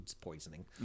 poisoning